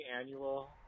annual